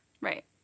Right